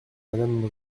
madame